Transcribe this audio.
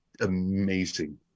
amazing